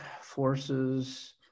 forces